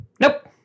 Nope